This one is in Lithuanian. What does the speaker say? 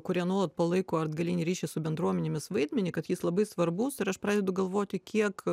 kurie nuolat palaiko atgalinį ryšį su bendruomenėmis vaidmenį kad jis labai svarbus ir aš pradedu galvoti kiek